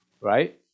right